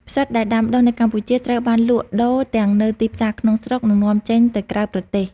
ផ្សិត ដែលដាំដុះនៅកម្ពុជាត្រូវបានលក់ដូរទាំងនៅទីផ្សារក្នុងស្រុក និងនាំចេញទៅក្រៅប្រទេស។